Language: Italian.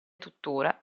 tuttora